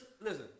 Listen